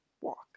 walk